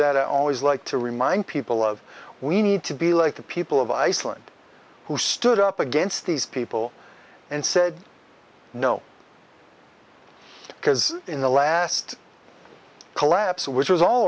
that i always like to remind people of we need to be like the people of iceland who stood up against these people and said no because in the last collapse which was all